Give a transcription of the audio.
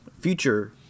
future